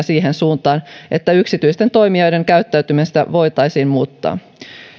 siihen suuntaan että yksityisten toimijoiden käyttäytymistä voitaisiin muuttaa